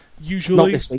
Usually